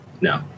No